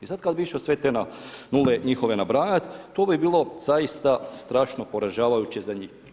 I sada kada bi išao sve te nule njihove nabrajati, to bi bilo zaista strašno poražavajuće za njih.